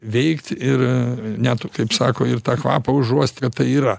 veikt ir net kaip sako ir tą kvapą užuost kad tai yra